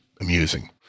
amusing